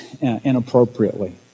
inappropriately